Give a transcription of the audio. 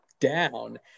down